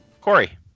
Corey